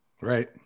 right